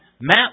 Matt